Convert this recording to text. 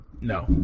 No